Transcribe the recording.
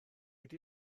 ydy